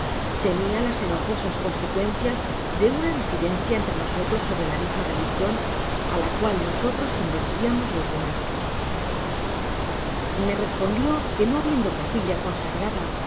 temia las enojosas consecuencias de una disidencia entre nosotros sobre la misma religion á la cual nosotros convertiamos los demas me respondió que no habiendo capilla consagrada